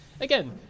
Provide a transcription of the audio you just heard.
again